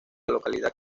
localidad